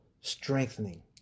strengthening